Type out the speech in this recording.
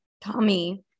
Tommy